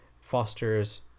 fosters